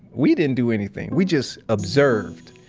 we didn't do anything. we just observed.